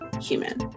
human